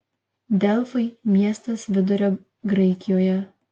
delfai miestas vidurio graikijoje